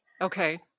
Okay